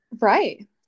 Right